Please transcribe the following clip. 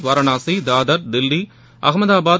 Varanasi Dadar Delhi Ahmedabad